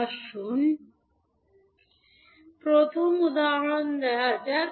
আসুন প্রথম উদাহরণ নেওয়া যাক